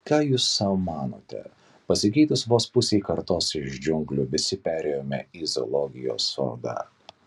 ką jūs sau manote pasikeitus vos pusei kartos iš džiunglių visi perėjome į zoologijos sodą